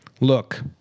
look